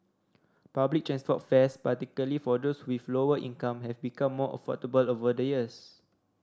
public transport fares particularly for those with lower income have become more affordable over the years